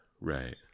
Right